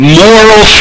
moral